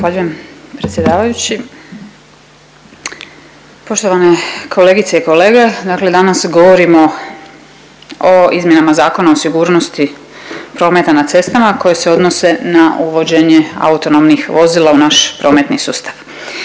Zahvaljujem predsjedavajući. Poštovane kolegice i kolegice, dakle danas govorimo o izmjenama Zakona o sigurnosti prometa na cestama koje se odnose na uvođenje autonomnih vozila u naš prometni sustav.